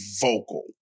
vocal